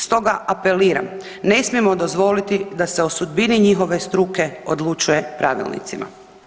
Stoga apeliram, ne smijemo dozvoliti da se o sudbini njihove struke odlučuje pravilnicima.